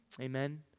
Amen